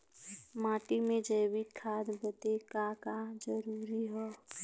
माटी में जैविक खाद बदे का का जरूरी ह?